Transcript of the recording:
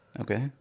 Okay